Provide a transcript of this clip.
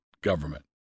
government